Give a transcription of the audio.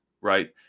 right